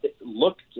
looked